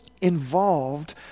involved